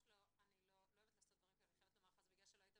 כי אנשים איבדו את השובר, ואז היו גונבים.